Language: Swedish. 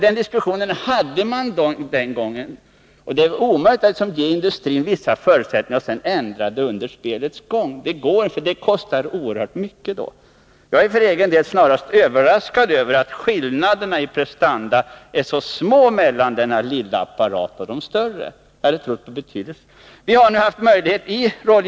Den diskussionen förde man den gången. Det är omöjligt att ge industrin vissa förutsättningar och sedan ändra dem under spelets gång. Det går inte. Kostnaderna blir oerhört höga då. Jag är för egen del snarast överraskad över att skillnaderna i prestanda är så små mellan detta lilla plan och de större. Jag hade trott de skulle vara betydligt större.